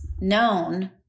known